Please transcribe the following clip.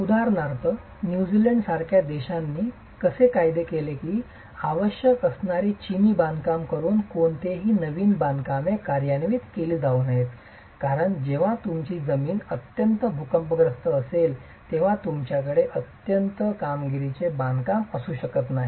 उदाहरणार्थ न्यूझीलंड सारख्या देशांनी असे कायदे केले की आवश्यक असणारी चिनी बांधकाम करून कोणतीही नवीन बांधकामे कार्यान्वित केली जाऊ नयेत कारण जेव्हा तुमची जमीन अत्यंत भूकंपग्रस्त असेल तेव्हा तुमच्याकडे अत्यंत कामगिरीचे बांधकाम असू शकत नाही